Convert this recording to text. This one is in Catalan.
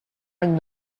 any